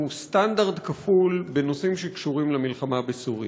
סטנדרט כפול בנושאים שקשורים למלחמה בסוריה.